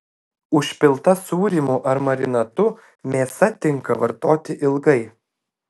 užpilta sūrimu ar marinatu mėsa tinka vartoti ilgai